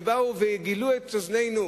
ובאו וגילו את אוזננו,